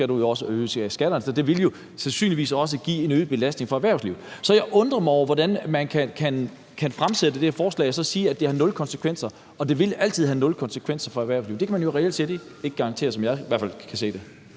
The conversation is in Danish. skal du øge skatterne – så det ville jo sandsynligvis også give en øget belastning for erhvervslivet. Så jeg undrer mig over, hvordan man kan fremsætte det her forslag og så sige, at det har nul konsekvenser og altid vil have nul konsekvenser for erhvervslivet. Det kan man jo reelt set ikke garantere, i hvert fald ikke, som jeg